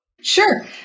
Sure